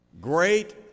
great